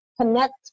connect